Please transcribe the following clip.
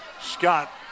Scott